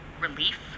Relief